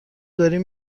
داریم